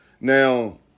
Now